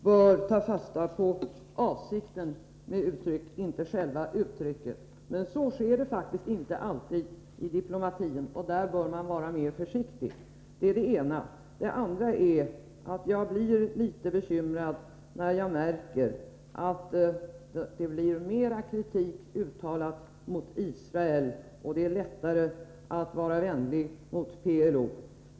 Herr talman! Jag kan hålla med om att man i de flesta fall bör ta fasta på avsikten med uttrycket, inte själva uttrycket, men så sker faktiskt inte alltid i diplomatin. Där bör man därför vara mer försiktig. Detta är det ena. Det andra är att jag blir litet bekymrad när jag märker att det blir mer kritik uttalad mot Israel och att det är lättare att vara vänlig mot PLO.